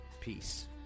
Peace